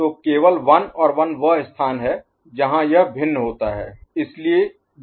तो केवल 1 और 1 वह स्थान है जहाँ यह भिन्न होता है